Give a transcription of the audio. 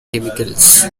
chemicals